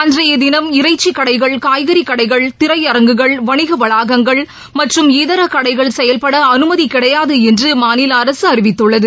அன்றைய தினம் இறைச்சிக் கடைகள் காய்கறிக் கடைகள் திரையரங்குகள் வணிக வளாகங்கள் மற்றும் இதர கடைகள் செயல்பட அனுமதி கிடையாது என்று மாநில அரசு அறிவித்துள்ளது